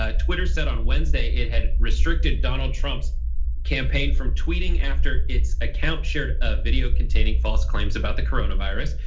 ah twitter said on wednesday it had restricted donald trump's campaign from tweeting after its account shared a video containing false claims about the coronavirus.